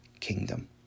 kingdom